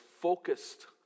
focused